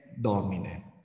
domine